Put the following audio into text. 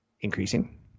increasing